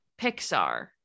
pixar